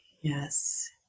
Yes